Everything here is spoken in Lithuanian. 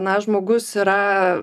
na žmogus yra